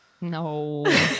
no